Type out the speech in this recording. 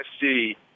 see